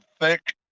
thick